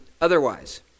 otherwise